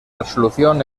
resolución